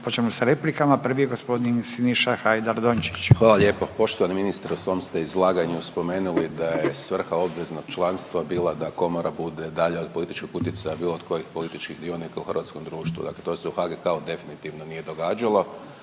počinjemo sa replikama, prvi je gospodin Siniša Hajdaš Dončić. **Hajdaš Dončić, Siniša (SDP)** Hvala lijepo. Poštovani ministre u svom ste izlaganju spomenuli da je svrha obveznog članstva bila da komora bude dalje od političkog utjecaja bilo od kojih političkih dionika u hrvatskom društvu. Dakle, to se u HGK-u definitivno nije događalo.